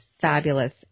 fabulous